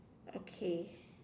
okay